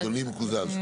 אני מקוזז.